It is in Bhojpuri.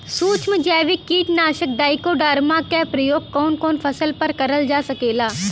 सुक्ष्म जैविक कीट नाशक ट्राइकोडर्मा क प्रयोग कवन कवन फसल पर करल जा सकेला?